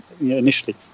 initially